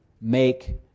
make